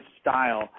style